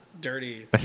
dirty